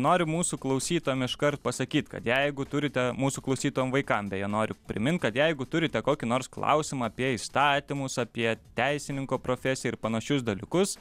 noriu mūsų klausytojam iškart pasakyt kad jeigu turite mūsų klausytojam vaikam beje noriu primint kad jeigu turite kokį nors klausimą apie įstatymus apie teisininko profesiją ir panašius dalykus